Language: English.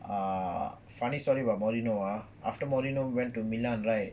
ah funny story about mourinho ah after mourinho went to milan right